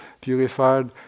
purified